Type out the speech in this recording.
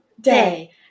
day